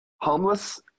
homeless